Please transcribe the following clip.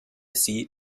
sie